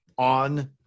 on